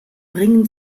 bringen